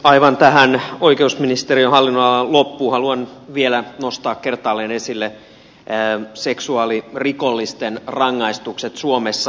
aivan tähän oikeusministeriön hallinnonalan loppuun haluan vielä nostaa kertaalleen esille seksuaalirikollisten rangaistukset suomessa